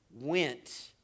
went